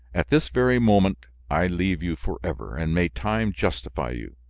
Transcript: at this very moment i leave you forever, and may time justify you!